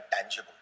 tangible